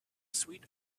sweet